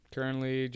Currently